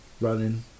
running